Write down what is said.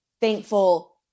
thankful